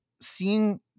seeing